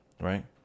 right